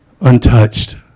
untouched